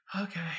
Okay